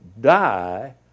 die